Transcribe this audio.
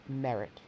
merit